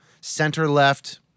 center-left